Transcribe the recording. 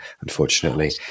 unfortunately